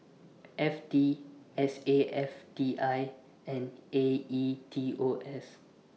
F T S A F T I and A E T O S